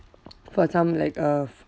for some like a